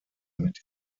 mit